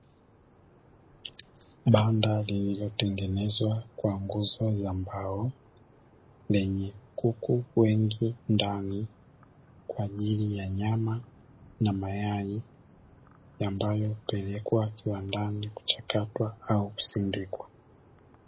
Banda lililotengenezwa kwa nguzo za mbao, lenye kuku wengi ndani kwa ajili ya nyama na mayai; ambayo hupelekwa kiwandani kuchakatwa au kusindikwa.